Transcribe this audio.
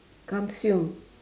consume